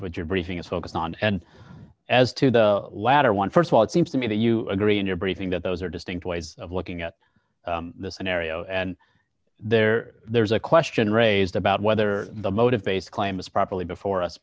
your briefing is focused on and as to the latter one st of all it seems to me that you agree in your briefing that those are distinct ways of looking at the scenario and there there's a question raised about whether the motive based claim is properly before us